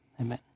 Amen